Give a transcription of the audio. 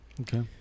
Okay